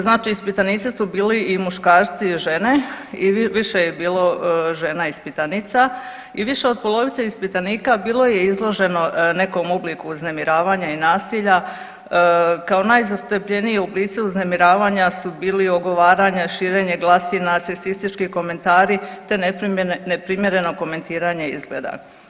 Znači ispitanici su bili i muškarci i žene i više je bilo žena ispitanica i više od polovice ispitanika bilo je izloženo nekom obliku uznemiravanja i nasilja, kao najzastupljeniji oblici uznemiravanja su bili ogovaranje, širenje glasina, seksistički komentari te neprimjereno komentiranje izgleda.